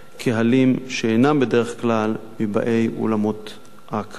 קהלים שאינם בדרך כלל מבאי אולמות ההקרנה.